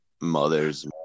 Mother's